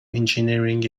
engineering